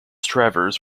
travers